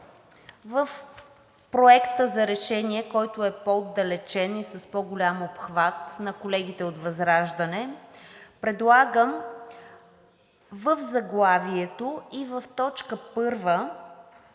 в Проекта за решение, който е по-отдалечен и с по голям обхват, на колегите от ВЪЗРАЖДАНЕ предлагам в заглавието и в точка първа